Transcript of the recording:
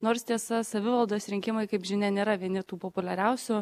nors tiesa savivaldos rinkimai kaip žinia nėra vieni tų populiariausių